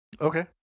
Okay